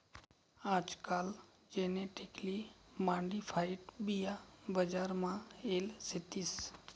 आजकाल genetically modified बिया बजार मा येल शेतीस